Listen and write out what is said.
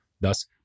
Thus